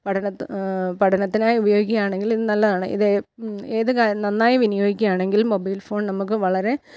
പഠനം പഠനത്തിനായി ഉപയോഗിക്കുകയാണെങ്കിൽ നല്ലതാണ് ഇതെ ഏത് ക്കാ നന്നായി വിനിയോഗിക്കുകയാണെങ്കിൽ മൊബൈൽ ഫോൺ നമുക്ക് വളരെ